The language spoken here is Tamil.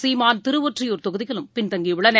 சீமான் திருவொற்றியூர் தொகுதியிலும் பின்தங்கியுள்ளனர்